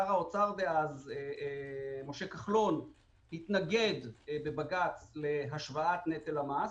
שר האוצר דאז משה כחלון התנגד בבג"ץ להשוואת נטל המס,